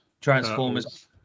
transformers